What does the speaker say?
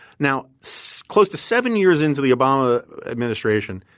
now, so close to seven years into the obama administration,